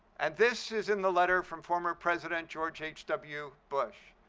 and this is in the letter from former president george h. w. bush,